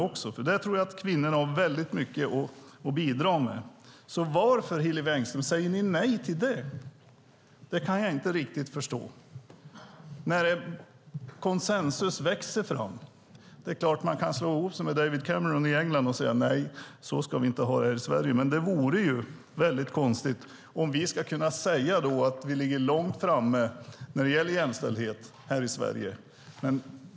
Här tror jag att kvinnor har mycket att bidra med. Varför, Hillevi Engström, säger ni nej till det? Det kan jag inte riktigt förstå. Konsensus växer ju fram. Visst kan man slå sig ihop med David Cameron i England och säga nej, men det vore konstigt om vi vill kunna säga att Sverige ligger långt fram när det gäller jämställdhet.